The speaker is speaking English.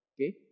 okay